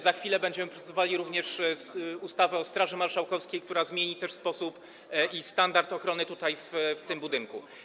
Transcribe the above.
Za chwilę będziemy procedowali również ustawę o Straży Marszałkowskiej, która zmieni też sposób i standard ochrony tutaj, w tym budynku.